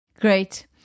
Great